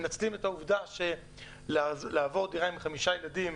מנצלים את העובדה שלעבור דירה עם חמישה ילדים,